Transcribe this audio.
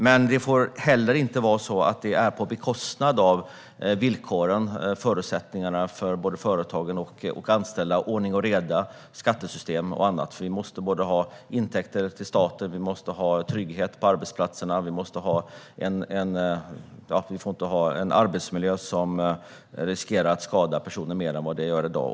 Men det får inte ske på bekostnad av förutsättningarna för både företag och anställda. Det ska vara ordning och reda, finnas skattesystem och annat. Vi måste ha intäkter till staten och trygghet på arbetsplatserna. Det får inte vara en arbetsmiljö som riskerar att skada personer mer än vad den gör i dag.